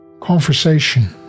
conversation